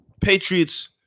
Patriots